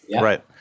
Right